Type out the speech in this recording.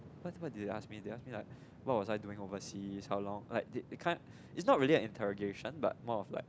what what did they ask me they ask me like what was I doing oversea how long like that kind it's not really integration but more of like